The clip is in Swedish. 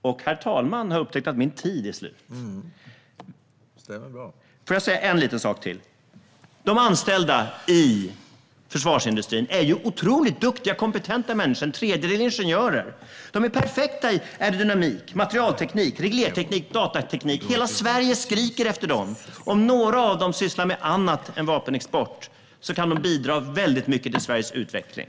Nu har herr talmannen upptäckt att min tid är slut, men jag vill säga en liten sak till. De anställda i försvarsindustrin är ju otroligt duktiga och kompetenta människor. En tredjedel är ingenjörer. De är perfekta när det gäller aerodynamik, materialteknik, reglerteknik och datateknik! Hela Sverige skriker efter dem! Om några av dem sysslar med annat än vapenexport kan de bidra väldigt mycket till Sveriges utveckling.